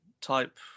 type